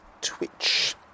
twitch